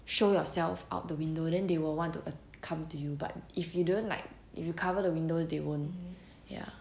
show yourself out of the window then they will want to come to you but if you don't like if you cover the window they won't ya